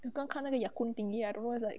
我刚看那个 yakun thingy I don't know why like